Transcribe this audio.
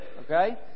okay